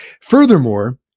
Furthermore